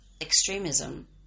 extremism